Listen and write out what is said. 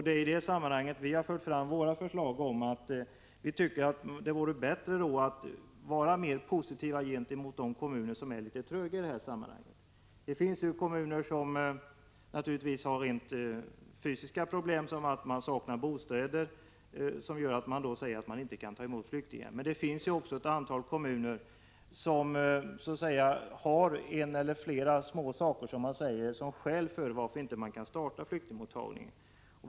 Det är mot den bakgrunden vi har fört fram vårt förslag, där vi säger att det vore bättre att vara mera positiv gentemot de kommuner som är litet tröga i detta hänseende. Det finns naturligtvis kommuner som har rent fysiska problem — det saknas bostäder t.ex. — och därför inte kan ta emot flyktingar. Men det finns också ett antal kommuner som anför vissa smärre skäl för att inte starta flyktingmottagning.